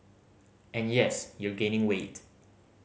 and yes you're gaining weight